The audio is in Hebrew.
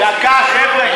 דקה, חבר'ה.